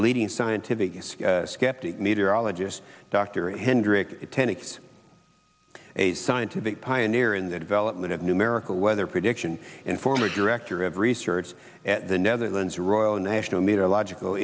leading scientific skeptic meteorologist dr a hendrick tenex a scientific pioneer in the development of numerical weather prediction and former director of research at the netherlands royal national meterological